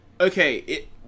okay